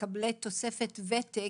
מקבלי תוספת ותק,